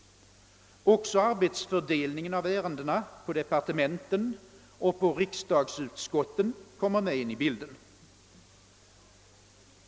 Också arbetsfördelningen av ärenden på departement och riksdagsutskott kommer med i bilden.